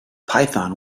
python